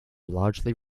largely